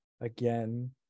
again